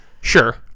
Sure